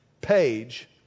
page